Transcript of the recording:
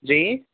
جی